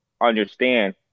understand